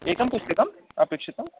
एकं पुस्तकम् अपेक्षितम्